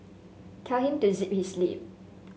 tell him to zip his lip